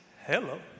Hello